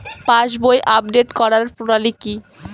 পাসবই update করার প্রণালী কি?